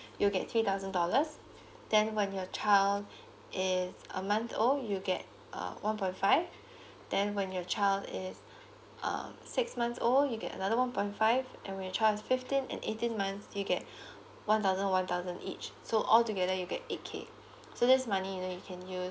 you'll get three thousand dollars then when your child is a month old you get uh one point five then when your child is uh six months old you get another one point five and when your child is fifteen and eighteen months you get one thousand one thousand each so all together you get eight K so this money whether you can use